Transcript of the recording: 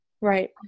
Right